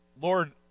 Lord